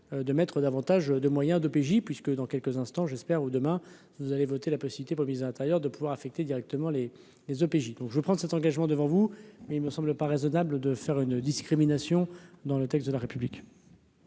de mettre davantage de moyens d'OPJ puisque dans quelques instants, j'espère, ou demain vous allez voter la possibilité promise intérieur de pouvoir affecter directement les les OPJ, donc je prends cet engagement devant vous, mais il me semble pas raisonnable de faire une discrimination dans le texte de la République.